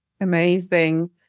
Amazing